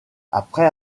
après